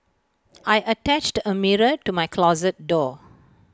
I attached A mirror to my closet door